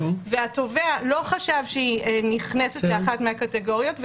והתובע לא חשב שהיא נכנסת באחת מהקטגוריות,